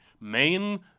main